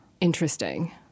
interesting